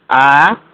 आ